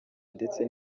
ndetse